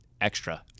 extra